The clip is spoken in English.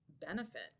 benefit